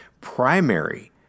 primary